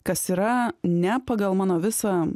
kas yra ne pagal mano visą